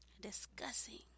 discussing